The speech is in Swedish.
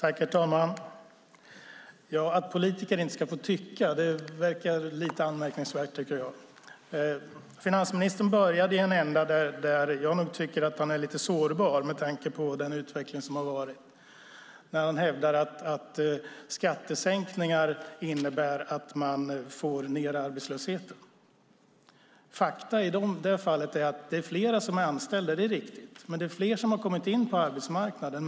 Herr talman! Att politiker inte ska få tycka verkar lite anmärkningsvärt, tycker jag. Finansministern började i en ända där jag nog anser att han är lite sårbar med tanke på den utveckling som har varit. Han hävdar att skattesänkningar innebär att man får ned arbetslösheten. Fakta i det fallet är att det är fler som är anställda. Det är riktigt. Det är fler som har kommit in på arbetsmarknaden.